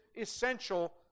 essential